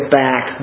back